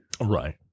right